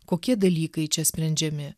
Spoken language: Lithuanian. kokie dalykai čia sprendžiami